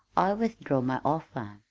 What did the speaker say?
i withdraw my offer,